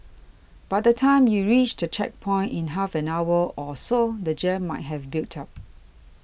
by the time you reach the checkpoint in half an hour or so the jam might have built up